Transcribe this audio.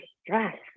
stress